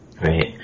Right